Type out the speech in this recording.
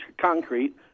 concrete